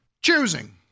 choosing